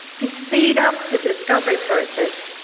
to speed up the discovery process,